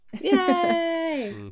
Yay